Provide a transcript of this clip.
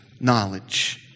knowledge